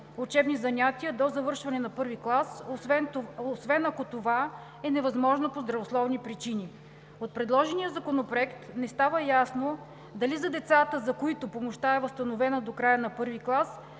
учебните занятия до завършване на I клас, освен ако това е невъзможно по здравословни причини. От предложения законопроект не става ясно дали за децата, за които помощта е възстановена до края на I клас,